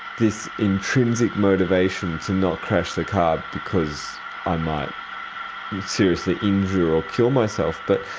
this intrinsic motivation to not crash the car because i might seriously injure or kill myself. but